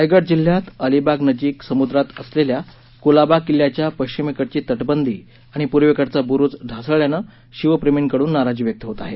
रायगड जिल्ह्यात अलिबागनजिक समुद्रात असलेल्या कुलाबा किल्ल्याच्या पश्चिमेकडची तटबंदी आणि पूर्वेकडचा बुरूज ढासळल्यानं शिवप्रेमींकडून नाराजी व्यक्त होत आहे